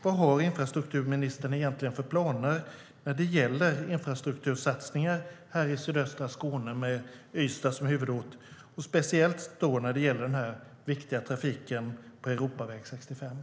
Vad har infrastrukturministern egentligen för planer när det gäller infrastruktursatsningar i sydöstra Skåne med Ystad som huvudort, speciellt när det gäller den viktiga trafiken på Europaväg 65?